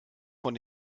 von